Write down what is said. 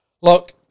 look